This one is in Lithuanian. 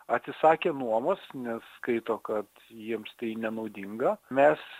atsisakė nuomos nes skaito kad jiems tai nenaudinga mes